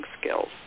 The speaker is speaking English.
skills